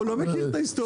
הוא לא מכיר את ההיסטוריה.